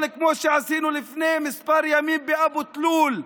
אבל כמו שעשינו לפני כמה ימים באבו תלול,